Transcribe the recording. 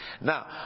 Now